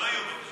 לא יהיו בקשות.